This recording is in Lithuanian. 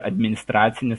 administracinis